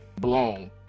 blown